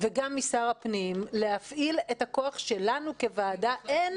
וגם משר הפנים להפעיל את הכוח שלנו כוועדה אין,